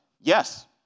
yes